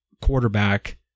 quarterback